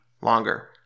longer